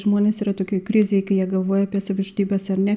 žmonės yra tokioj krizėj kai jie galvoja apie savižudybes ar ne